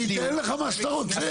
אני אתן לך מה שאתה רוצה.